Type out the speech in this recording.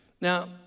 Now